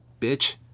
bitch